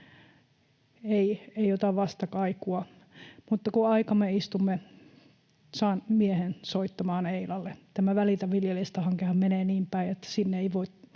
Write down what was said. ei ota vastakaikua, mutta kun aikamme istumme, saan miehen soittamaan Eilalle. Tämä Välitä viljelijästä ‑hankehan menee niin päin, että sinne ei voi